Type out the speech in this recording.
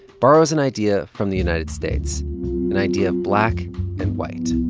borrows an idea from the united states an idea of black and white?